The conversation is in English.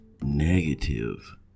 negative